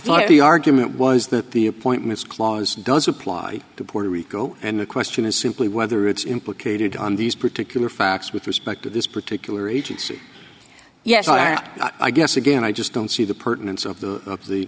think the argument was that the appointments clause does apply to puerto rico and the question is simply whether it's implicated on these particular facts with respect to this particular agency yes i am i guess again i just don't see the